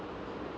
ya